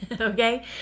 okay